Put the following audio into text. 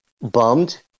bummed